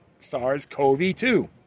SARS-CoV-2